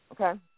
Okay